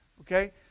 okay